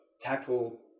tackle